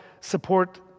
support